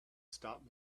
stop